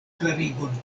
klarigon